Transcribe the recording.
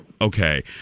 Okay